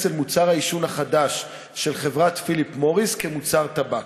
אל מוצר העישון החדש של חברת "פיליפ מוריס" כמוצר טבק.